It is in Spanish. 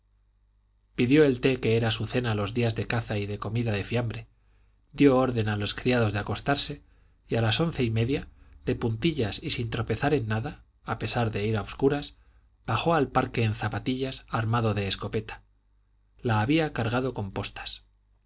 pidió el té que era su cena los días de caza y de comida de fiambre dio orden a los criados de acostarse y a las once y media de puntillas y sin tropezar en nada a pesar de ir a obscuras bajó al parque en zapatillas armado de escopeta la había cargado con postas